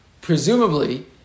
Presumably